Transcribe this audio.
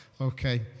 Okay